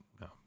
no